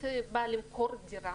באה למכור דירה,